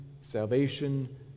salvation